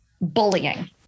bullying